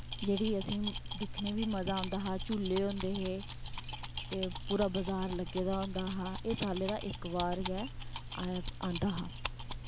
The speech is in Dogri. जेह्ड़ी असें दिक्खने ई बी मज़ा आंदा हा झूले होंदे हे ते पूरा बज़ार लग्गे दा होंदा हा एह् साल्ले दा इक बार गै आंदा हा